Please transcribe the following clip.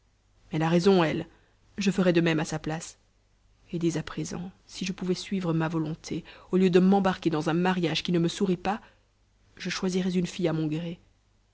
elle a raison elle je ferais de même à sa place et dès à présent si je pouvais suivre ma volonté au lieu de m'embarquer dans un mariage qui ne me sourit pas je choisirais une fille à mon gré